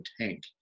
tank